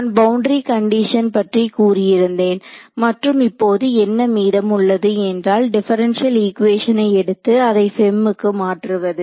நான் boundary condition பற்றி கூறியிருந்தேன் மற்றும் இப்போது என்ன மீதம் உள்ளது என்றால் டிப்பரன்ஷியல் ஈக்குவேஷனை எடுத்து அதை FEM க்கு மாற்றுவது